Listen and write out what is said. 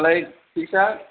होनबालाय फिक्सा